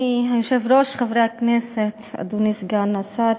אדוני היושב-ראש, חברי הכנסת, אדוני סגן השר,